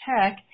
tech